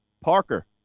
Parker